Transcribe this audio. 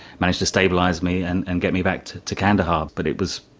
managed to stabilise me and and get me back to to kandahar. but it was,